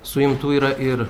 suimtų yra ir